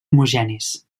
homogenis